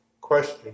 question